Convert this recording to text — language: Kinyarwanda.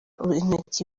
intoki